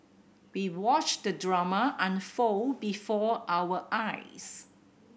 we watched the drama unfold before our eyes